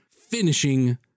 finishing